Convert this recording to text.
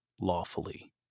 lawfully